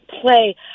play